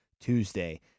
Tuesday